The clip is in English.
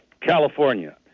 California